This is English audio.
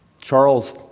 Charles